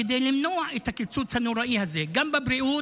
כדי למנוע את הקיצוץ הנורא הזה גם בבריאות,